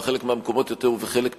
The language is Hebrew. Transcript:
בחלק מהמקומות יותר ובחלק פחות.